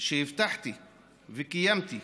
שהבטחתי וקיימתי,